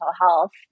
health